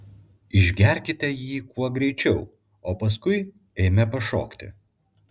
išgerkite jį kuo greičiau o paskui eime pašokti